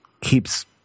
keeps